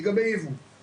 אז לגבי מטופלים,